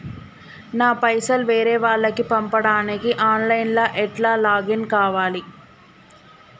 నా పైసల్ వేరే వాళ్లకి పంపడానికి ఆన్ లైన్ లా ఎట్ల లాగిన్ కావాలి?